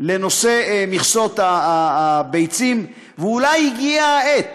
לנושא מכסות הביצים, ואולי הגיעה העת